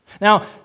Now